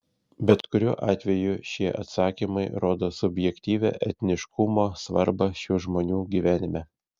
bet kuriuo atveju šie atsakymai rodo subjektyvią etniškumo svarbą šių žmonių gyvenime